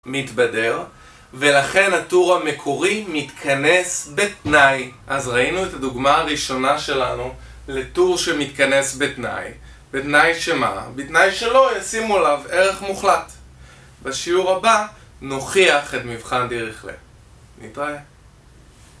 מתבדר, ולכן הטור המקורי מתכנס בתנאי. אז ראינו את הדוגמה הראשונה שלנו לטור שמתכנס בתנאי. בתנאי שמה? בתנאי שלא ישימו עליו ערך מוחלט. בשיעור הבא נוכיח את מבחן דרך נתראה.